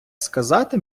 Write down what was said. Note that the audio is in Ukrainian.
сказати